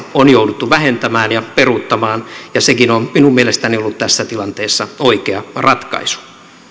on jouduttu vähentämään ja peruuttamaan ja sekin on minun mielestäni ollut tässä tilanteessa oikea ratkaisu